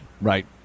Right